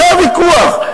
זה הוויכוח.